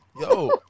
Yo